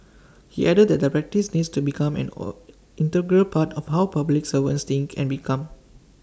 he added that the practice needs to become an all integral part of how public servants think and become